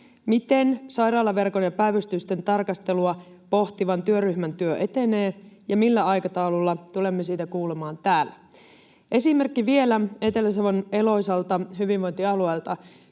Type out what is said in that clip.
Miten sairaalaverkon ja päivystysten tarkastelua pohtivan työryhmän työ etenee, ja millä aikataululla tulemme siitä kuulemaan täällä? Esimerkki vielä Etelä-Savon Eloisalta, hyvinvointialueelta.